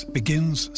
begins